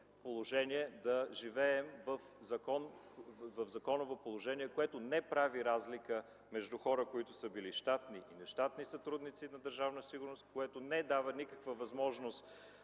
която ни постави в законово положение, което не прави разлика между хора, които са били щатни и нещатни сътрудници на Държавна сигурност, което не дава никаква възможност